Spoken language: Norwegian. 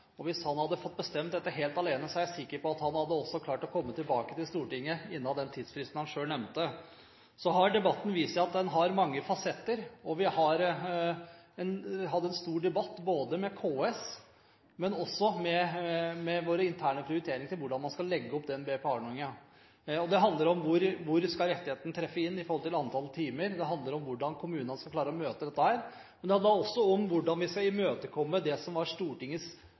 mann. Hvis han hadde fått bestemme dette helt alene, er jeg sikker på at han hadde klart å komme tilbake til Stortinget innen den tidsfristen han selv nevnte. Så har debatten vist seg å ha mange fasetter. Vi hadde en stor debatt med KS og også interne prioriteringer om hvordan man skal legge opp BPA-ordningen. Det handler om hvor rettigheten skal treffe inn i forhold til antall timer, og det handler om hvordan kommunene skal klare å møte dette. Det handler også om hvordan man skal imøtekomme det som var Stortingets